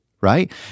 right